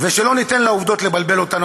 ושלא ניתן לעובדות לבלבל אותנו,